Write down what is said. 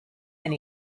and